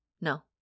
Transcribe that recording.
No